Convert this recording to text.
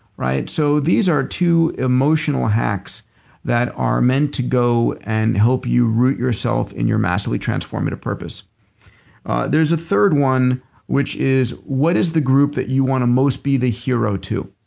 right? so these are two emotional hacks that are meant to go and help you root yourself in your massively transformative purpose there's a third one which is what is the group that you want to most be the hero to?